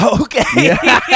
Okay